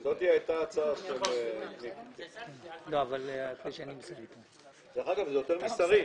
הם משתכרים יותר משרים.